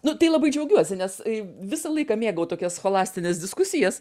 nu tai labai džiaugiuosi nes visą laiką mėgau tokias scholastinis diskusijas